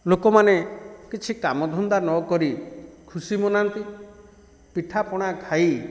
ଲୋକମାନେ କିଛି କାମ ଧନ୍ଦା ନ କରି ଖୁସି ମନାନ୍ତି ପିଠା ପଣା ଖାଇ